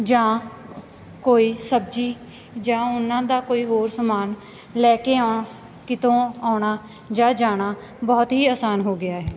ਜਾਂ ਕੋਈ ਸਬਜ਼ੀ ਜਾਂ ਉਹਨਾਂ ਦਾ ਕੋਈ ਹੋਰ ਸਮਾਨ ਲੈ ਕੇ ਆ ਕਿਤੋਂ ਆਉਣਾ ਜਾਂ ਜਾਣਾ ਬਹੁਤ ਹੀ ਆਸਾਨ ਹੋ ਗਿਆ ਹੈ